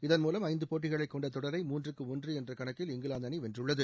இதன் மூலம் ஐந்து போட்டிகளைக் கொண்ட தொடரை மூன்றுக்கு ஒன்று என்ற கணக்கில் இங்கிலாந்து அணி வென்றுள்ளது